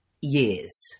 years